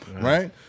right